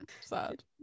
Sad